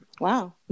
wow